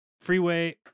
Freeway